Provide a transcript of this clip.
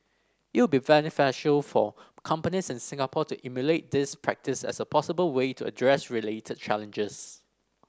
it would be beneficial for companies in Singapore to emulate this practice as a possible way to address related challenges